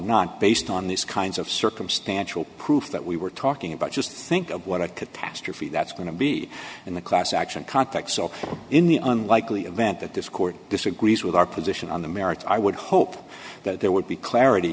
not based on these kinds of circumstantial proof that we were talking about just think of what a catastrophe that's going to be in the class action context so in the unlikely event that this court disagrees with our position on the merits i would hope that there would be clarity